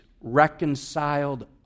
reconciled